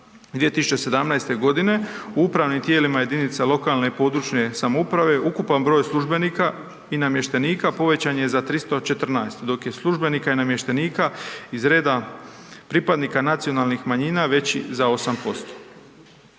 2017. g. u upravnim tijelima jedinica lokalne i područne samouprave ukupan broj službenika i namještenika povećan je za 314, dok je službenika i namještenika iz reda pripadnika nacionalnih manjina veći za 8%.